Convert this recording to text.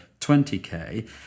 20k